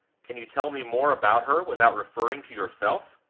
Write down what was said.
can you tell me more about her without referring to yourself?